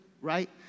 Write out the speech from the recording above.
right